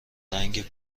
رنگ